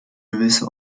gewisse